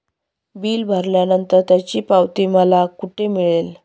Bill भरल्यानंतर त्याची पावती मला कुठे मिळेल?